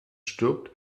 stirbt